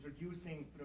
introducing